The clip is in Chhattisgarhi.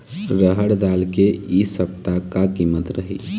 रहड़ दाल के इ सप्ता का कीमत रही?